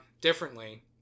differently